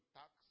tax